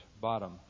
bottom